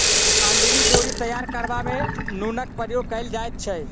अंतरी डोरी तैयार करबा मे नूनक प्रयोग कयल जाइत छै